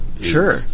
Sure